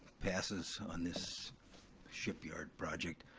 passes on this shipyard project,